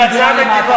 זו הצעה נדיבה.